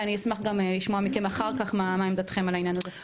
ואני גם אשמח לשמוע מכם אחר כך מה עמדתכם על העניין הזה.